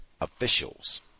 officials